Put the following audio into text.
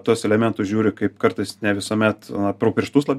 tuos elementus žiūri kaip kartais ne visuomet pro pirštus labiau